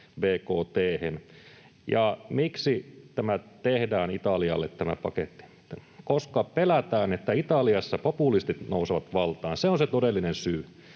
miksi Italialle tehdään tämä paketti? Koska pelätään, että Italiassa populistit nousevat valtaan, se on se todellinen syy.